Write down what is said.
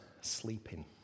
sleeping